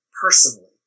personally